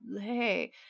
hey